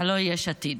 הלוא היא יש עתיד.